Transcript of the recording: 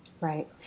Right